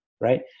right